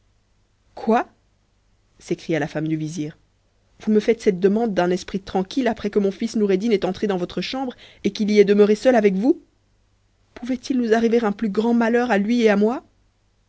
quoi s'écria la femme du vizir vous me faites cette demande d'un esprit tranquille après que mon fils noureddin est entré dans votre chambre et qu'il y est demeuré seul avec vous pouvait-il nous arriver un plus grand malheur a lui et à moi